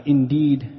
Indeed